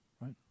right